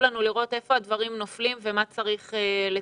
לנו לראות היכן הדברים נופלים ומה צריך לתקן.